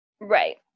Right